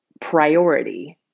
priority